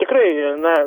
tikrai na